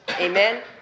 amen